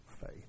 faith